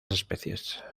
especies